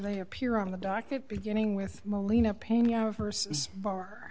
they appear on the docket beginning with